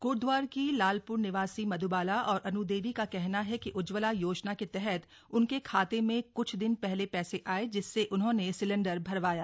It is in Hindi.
कोटद्वार की लालप्र निवासी मध्बाला और अन् देवी का कहना है कि उज्जवला योजना के तहत उनके खाते में क्छ दिन पहले पैसे आए जिससे उन्होंने सिलेंडर भरवाया